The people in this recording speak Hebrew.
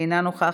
אינה נוכחת,